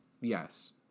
Yes